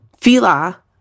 Fila